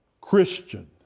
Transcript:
Christian